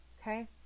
Okay